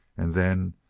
and then,